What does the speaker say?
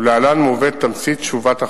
ולהלן מובאת תמצית תשובת החברה: